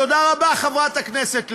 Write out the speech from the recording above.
תודה רבה, חברת הכנסת לוי.